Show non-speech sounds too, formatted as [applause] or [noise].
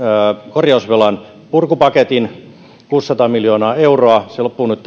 korjausvelanpurkupaketin kuusisataa miljoonaa euroa se loppuu nyt [unintelligible]